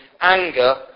anger